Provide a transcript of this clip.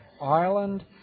Ireland